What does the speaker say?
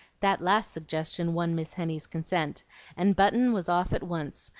that last suggestion won miss henny's consent and button was off at once,